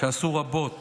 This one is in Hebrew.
שעשו רבות